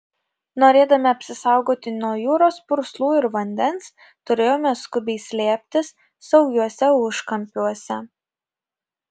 norėdami apsisaugoti nuo jūros purslų ir vandens turėjome skubiai slėptis saugiuose užkampiuose